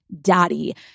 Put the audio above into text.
daddy